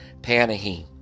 Panahi